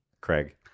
Craig